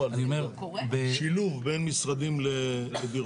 אין היום ויכוח לפחות בין גורמי הממשלה שיש עודפי תעסוקה.